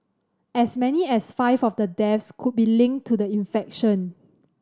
as many as five of the deaths could be linked to the infection